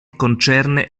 concerne